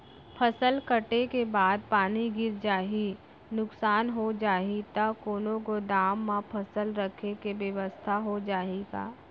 फसल कटे के बाद पानी गिर जाही, नुकसान हो जाही त कोनो गोदाम म फसल रखे के बेवस्था हो जाही का?